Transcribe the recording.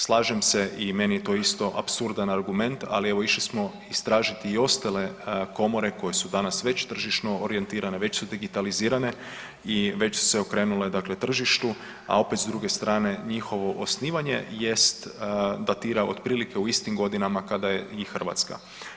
Slažem se i meni je to isto apsurdan argument, ali evo išli smo istražiti i ostale komore koje su danas već tržišno orijentirane, već su digitalizirane i već su se okrenule, dakle tržištu, a opet, s druge strane, njihovo osnivanje jest, datira otprilike u istim godinama kada je i Hrvatska.